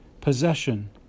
possession